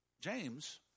James